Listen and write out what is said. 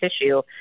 tissue